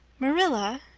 marilla,